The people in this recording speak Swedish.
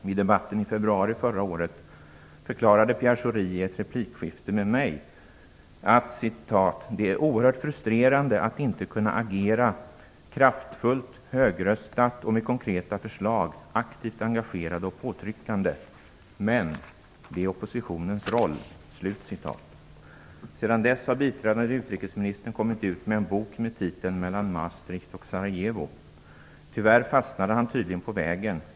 Vid debatten i februari förra året förklarade Pierre Schori i ett replikskifte med mig: "Det är oerhört frustrerande att inte kunna agera i den tradition som Lennart Rohdin själv belyste, dvs. kraftfullt, högröstat och med konkreta förslag, aktivt engagerande och påtryckande. Men det är oppositionens roll." Sedan dess har biträdande utrikesministern kommit ut med en bok med titeln Mellan Maastricht och Sarajevo. Tyvärr fastnade han tydligen på vägen.